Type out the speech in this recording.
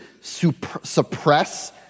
suppress